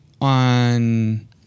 on